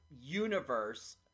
universe